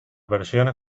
versiones